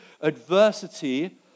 adversity